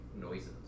noises